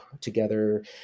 together